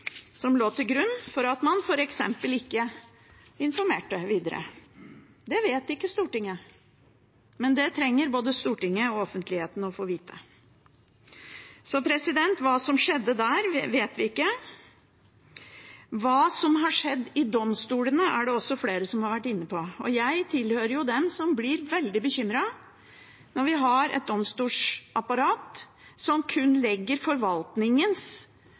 som lå til grunn for at man f.eks. ikke informerte videre. Det vet ikke Stortinget, men det trenger både Stortinget og offentligheten å få vite. Hva som skjedde der, vet vi ikke. Hva som har skjedd i domstolene, er det også flere som har vært inne på. Jeg tilhører dem som blir veldig bekymret når vi har et domstolsapparat som kun legger forvaltningens